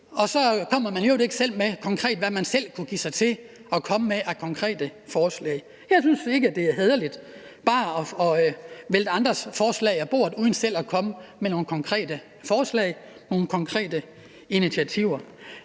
og så gør man ikke mere ved det, og man kommer i øvrigt ikke selv med nogen konkrete forslag. Jeg synes ikke, at det er hæderligt bare at vælte andres forslag af bordet uden selv at komme med nogle konkrete forslag, nogle konkrete initiativer.